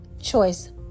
choice